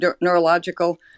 neurological